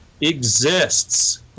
exists